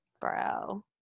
Bro